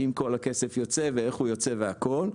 אם כל הכסף יוצא ואיך הוא יוצא והכל.